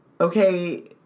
okay